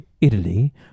Italy